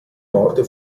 morte